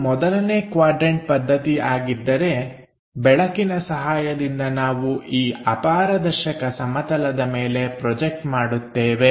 ಇದು ಮೊದಲನೇ ಕ್ವಾಡ್ರನ್ಟ ಪದ್ಧತಿ ಆಗಿದ್ದರೆ ಬೆಳಕಿನ ಸಹಾಯದಿಂದ ನಾವು ಈ ಅಪಾರದರ್ಶಕ ಸಮತಲದ ಮೇಲೆ ಪ್ರೊಜೆಕ್ಟ್ ಮಾಡುತ್ತೇವೆ